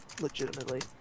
Legitimately